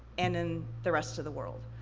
and in the rest of the world.